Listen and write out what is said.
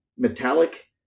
Metallic